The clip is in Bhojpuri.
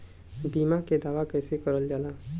बीमा के दावा कैसे करल जाला?